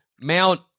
Mount